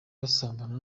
basambana